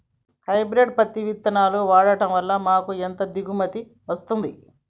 Hybrid పత్తి విత్తనాలు వాడడం వలన మాకు ఎంత దిగుమతి వస్తుంది?